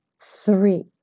Three